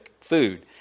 food